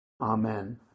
Amen